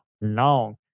long